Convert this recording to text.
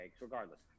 regardless